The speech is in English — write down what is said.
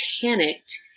panicked